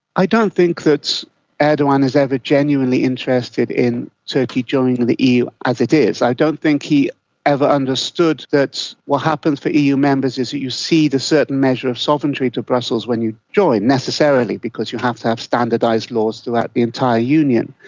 i don't think that erdogan is ever genuinely interested in turkey joining the eu as it is. i don't think he ever understood that what happens for eu members is that you cede a certain measure of sovereignty to brussels when you join, necessarily, because you have to have standardised laws throughout the entire union.